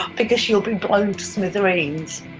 because you'll be blown to smithereens.